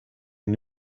een